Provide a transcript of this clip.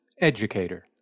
Educator